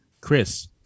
Chris